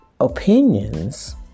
opinions